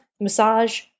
massage